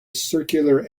circular